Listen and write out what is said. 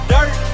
Dirt